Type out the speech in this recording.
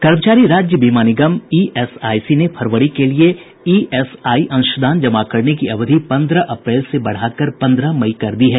कर्मचारी राज्य बीमा निगम ईएसआईसी ने फरवरी के लिए ईएसआई अंशदान जमा कराने की अवधि पन्द्रह अप्रैल से बढ़ा कर पन्द्रह मई कर दी है